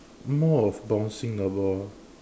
more of bouncing the ball